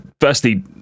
firstly